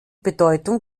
bedeutung